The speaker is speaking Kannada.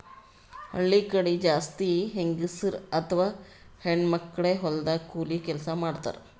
ಹಳ್ಳಿ ಕಡಿ ಜಾಸ್ತಿ ಹೆಂಗಸರ್ ಅಥವಾ ಹೆಣ್ಣ್ ಮಕ್ಕಳೇ ಹೊಲದಾಗ್ ಕೂಲಿ ಕೆಲ್ಸ್ ಮಾಡ್ತಾರ್